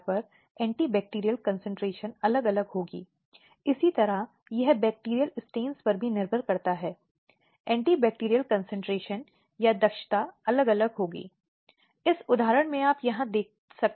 उसके सबूतों को उस आधार पर अकेले खारिज नहीं किया जा सकता